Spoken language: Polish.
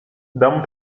dom